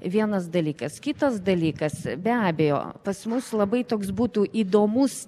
vienas dalykas kitas dalykas be abejo pas mus labai toks būtų įdomus